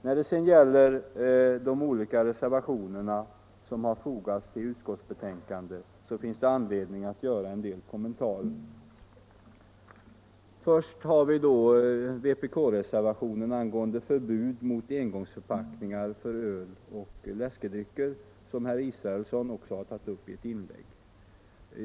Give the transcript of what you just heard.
När det gäller de olika reservationer som har fogats till betänkandet finns det anledning att göra en del kommentarer. Först har vi då vpk-reservationen angående förbud mot engångsförpackningar för öl och läskedrycker, som herr Israelsson har tagit upp i ett inlägg.